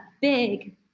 big